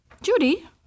Judy